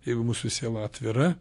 jeigu mūsų siela atvira